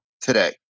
today